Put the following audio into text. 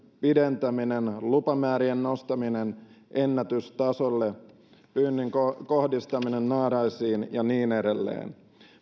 pidentäminen lupamäärien nostaminen ennätystasolle pyynnin kohdistaminen naaraisiin ja niin edelleen